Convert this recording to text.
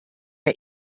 der